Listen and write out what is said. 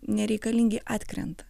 nereikalingi atkrenta